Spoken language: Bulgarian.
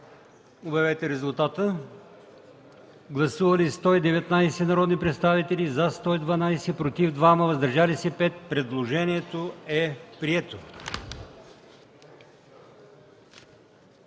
на гласуване. Гласували 119 народни представители: за 115, против няма, въздържали се 4. Предложението е прието.